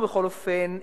בכל אופן,